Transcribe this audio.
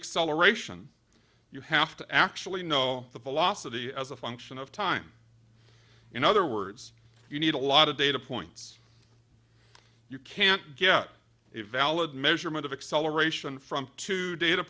acceleration you have to actually know the velocity as a function of time in other words you need a lot of data points you can't get a valid measurement of acceleration from two data